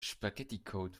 spaghetticode